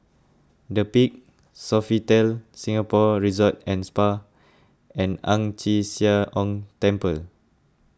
the Peak Sofitel Singapore Resort and Spa and Ang Chee Sia Ong Temple